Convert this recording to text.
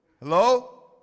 hello